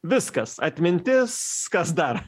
viskas atmintis kas dar